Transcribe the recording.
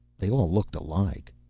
they all looked alike.